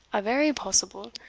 a vary possible,